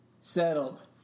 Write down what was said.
Settled